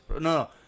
no